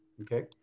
Okay